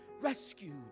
rescued